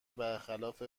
برخلاف